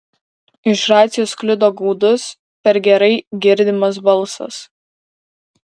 iš racijos sklido gaudus per gerai girdimas balsas